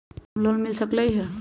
Home loan मिल सकलइ ह?